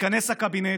התכנס הקבינט,